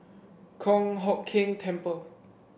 Kong Hock Keng Temple